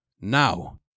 Now